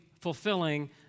fulfilling